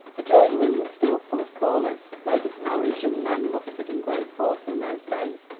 the drawing-room was still full of callers. lady honoria's young men mustered in great force in those days.